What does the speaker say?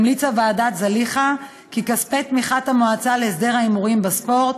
המליצה ועדת זליכה כי כספי תמיכת המועצה להסדר ההימורים בספורט,